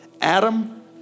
Adam